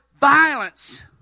violence